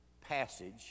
passage